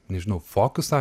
nežinau fokusą